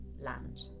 land